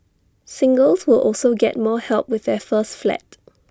singles will also get more help with their first flat